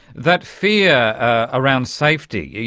that fear around safety,